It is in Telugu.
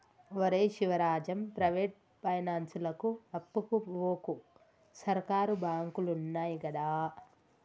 ఒరే శివరాజం, ప్రైవేటు పైనాన్సులకు అప్పుకు వోకు, సర్కారు బాంకులున్నయ్ గదా